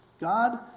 God